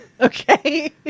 Okay